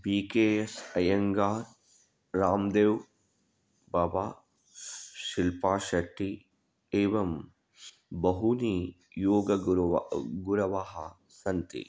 B K S Iyengar Ramdev Baba Shilpa Shetty एवं बहवः योगः गुरुवः गुरवः सन्ति